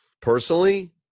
Personally